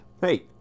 Hey